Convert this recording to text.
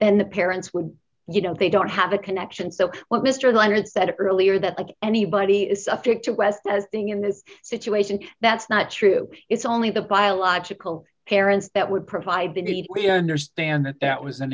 then the parents would you know they don't have a connection so what mr leonard said earlier that like anybody is subject to the west as being in this situation that's not true it's only the biological parents that would provide dignity we understand that that was an